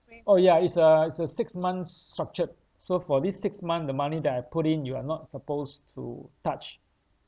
oh ya it's a it's a six month s~ structured so for this six month the money that I put in you are not supposed to touch